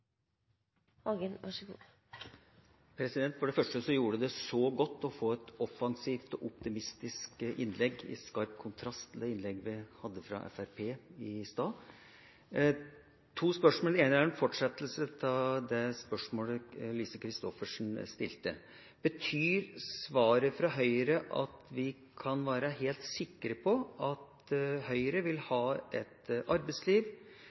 gjorde det så godt å få et offensivt og optimistisk innlegg, i skarp kontrast til det innlegget vi fikk fra Fremskrittspartiet i sted. Jeg har to spørsmål, og det ene er en fortsettelse av spørsmålet som Lise Christoffersen stilte. Betyr svaret fra Høyre at vi kan være helt sikre på at Høyre vil ha et arbeidsliv